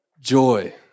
joy